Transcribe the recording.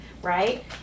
right